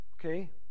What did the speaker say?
okay